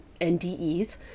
NDEs